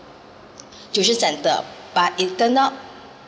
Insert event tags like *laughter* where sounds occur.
*breath* tuition centre but it turned out